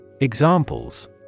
Examples